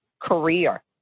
career